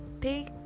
take